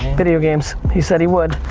video games, he said he would.